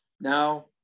now